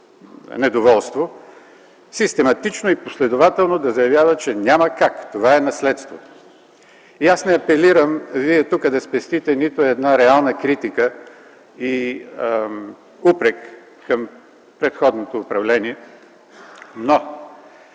недоволство) – систематично и последователно да се заявява, че няма как, това е наследство. Аз не апелирам Вие тук да спестите нито една реална критика и упрек към предходното управление, но